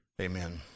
Amen